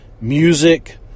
music